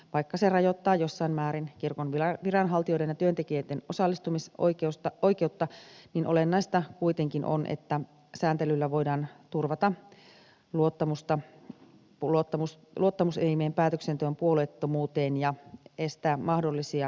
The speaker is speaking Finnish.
vaikka se rajoittaa jossain määrin kirkon viranhaltijoiden ja työntekijöiden osallistumisoikeutta niin olennaista kuitenkin on että sääntelyllä voidaan turvata luottamusta luottamuselimien päätöksenteon puolueettomuuteen ja estää mahdollisia eturistiriitoja